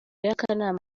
y’akanama